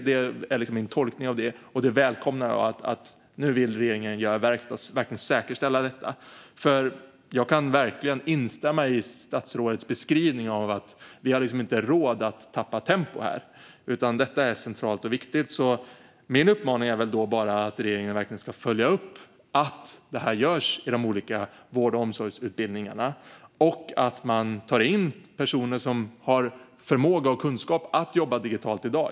Det är min tolkning av det, och jag välkomnar att regeringen nu verkligen vill göra verkstad och säkerställa detta. Jag kan instämma i statsrådets beskrivning av att vi inte har råd att tappa tempo här. Detta är centralt och viktigt. Min uppmaning till regeringen är att man verkligen ska följa upp att detta görs i de olika vård och omsorgsutbildningarna och att man tar in personer som har förmåga och kunskap att jobba digitalt i dag.